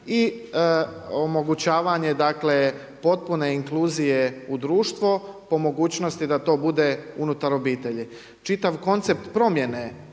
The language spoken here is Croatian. i omogućavanje, dakle potpune inkluzije u društvo po mogućnosti da to bude unutar obitelji. Čitav koncept promjene